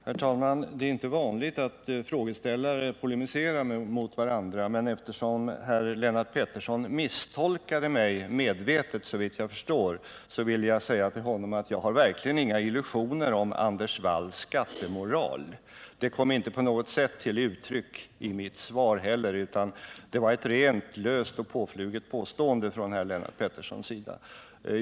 Herr talman! Det är inte vanligt att frågeställare polemiserar mot varandra, men eftersom herr Lennart Pettersson misstolkade mig — medvetet, såvitt jag förstår — vill jag säga till honom att jag verkligen inte har några illusioner om Anders Walls skattemoral. Något sådant kom inte heller till uttryck i mitt inlägg, utan detta var ett rent löst påstående från herr Lennart Petterssons sida.